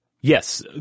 yes